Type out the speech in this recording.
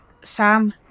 Sam